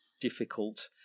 difficult